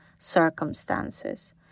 circumstances